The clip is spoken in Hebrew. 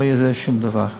לא יהיה שום דבר.